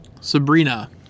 Sabrina